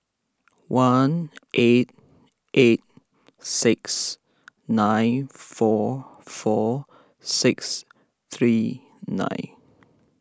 one eight eight six nine four four six three nine